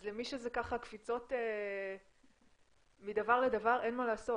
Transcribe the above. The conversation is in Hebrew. אז למי שיש קפיצות מדבר לדבר, אין מה לעשות.